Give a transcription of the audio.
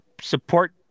support